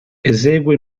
esegue